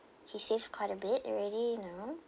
he saved quite a bit already you know